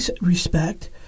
respect